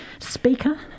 speaker